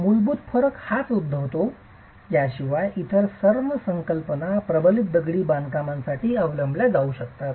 मूलभूत फरक हाच उद्भवू शकतो याशिवाय इतर सर्व संकल्पना प्रबलित दगडी बांधकामांसाठी अवलंबल्या जाऊ शकतात